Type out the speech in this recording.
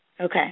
Okay